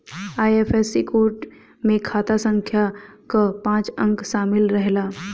IFSC code में खाता संख्या कअ पांच अंक शामिल रहेला